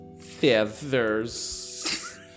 feathers